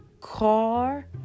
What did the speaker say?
car